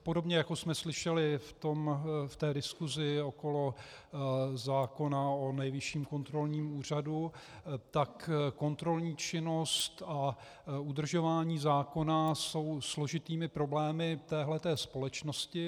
Podobně jako jsme slyšeli v té diskusi okolo zákona o Nejvyšším kontrolním úřadu, tak kontrolní činnost a udržování zákona jsou složitými problémy téhle společnosti.